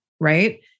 right